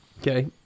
okay